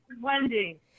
wendy